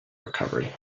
recovery